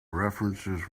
references